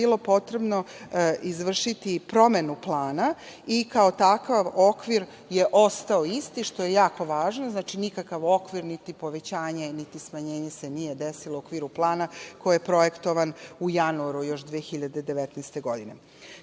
bilo je potrebno izvršiti promenu Plana i kao takav okvir je ostao isti, što je jako važno. Znači, nikakav okvir, niti povećanje, niti smanjenje se nije desilo u okviru Plana koji je projektovan još u januaru 2019.